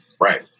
Right